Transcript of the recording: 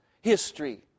history